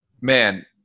Man